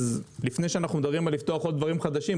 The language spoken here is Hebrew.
אז לפני שאנחנו מדברים על לפתוח עוד דברים חדשים,